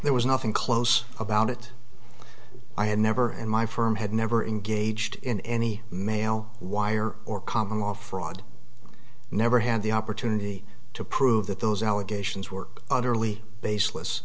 there was nothing close about it i had never in my firm had never engaged in any male wire or common law fraud never had the opportunity to prove that those allegations were utterly baseless